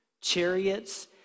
chariots